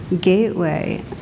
gateway